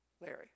Larry